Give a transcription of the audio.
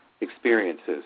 experiences